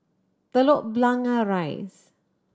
Telok Blangah Rise